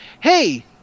hey